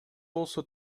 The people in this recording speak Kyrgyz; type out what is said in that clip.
болсо